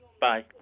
Bye